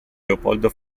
leopoldo